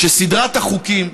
שסדרת החוקים,